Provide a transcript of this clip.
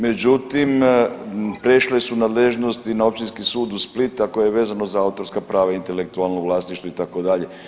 Međutim, prešle su nadležnosti na Općinski sud u Split ako je vezano za autorska prava i intelektualno vlasništvo itd.